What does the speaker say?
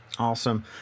Awesome